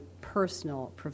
personal